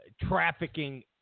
trafficking